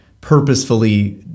purposefully